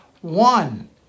one